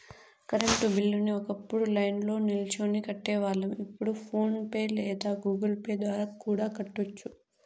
current బిల్లుని ఒకప్పుడు లైన్ల్నో నిల్చొని కట్టేవాళ్ళం, ఇప్పుడు ఫోన్ పే లేదా గుగుల్ పే ద్వారా కూడా కట్టొచ్చు